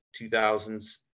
2000s